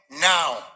now